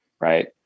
Right